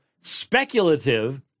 speculative